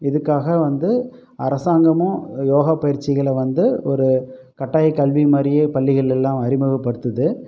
இதுக்காக வந்து அரசாங்கமும் யோகா பயிற்சிகளை வந்து ஒரு கட்டாயக் கல்வி மாதிரியே பள்ளிகளில் எல்லாம் அறிமுகப்படுத்துது